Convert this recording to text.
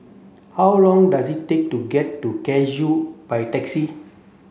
how long does it take to get to Cashew by taxi